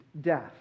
death